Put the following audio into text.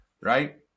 Right